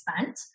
spent